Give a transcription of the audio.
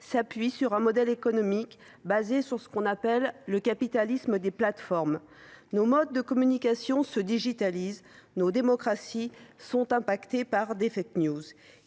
s’appuient sur un modèle économique basé sur ce que l’on appelle le « capitalisme de plateforme »; nos modes de communication se digitalisent ; nos démocraties sont impactées par les.